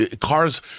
cars